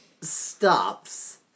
Stops